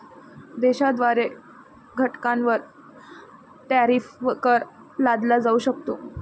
देशाद्वारे घटकांवर टॅरिफ कर लादला जाऊ शकतो